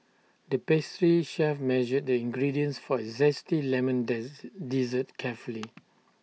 the pastry chef measured the ingredients for A Zesty Lemon death dessert carefully